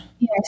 Yes